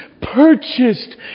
purchased